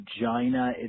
vagina